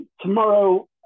Tomorrow